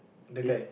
the guy